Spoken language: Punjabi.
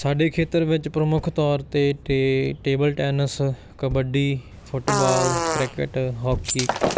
ਸਾਡੇ ਖੇਤਰ ਵਿੱਚ ਪ੍ਰਮੁੱਖ ਤੌਰ 'ਤੇ ਟੇ table tennis kabaddi football cricket hockey